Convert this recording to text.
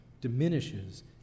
diminishes